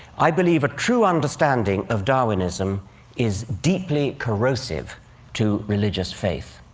i believe a true understanding of darwinism is deeply corrosive to religious faith.